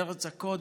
לארץ הקודש,